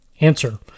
Answer